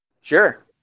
Sure